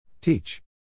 Teach